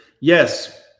Yes